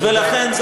ולכן,